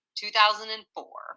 2004